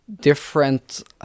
different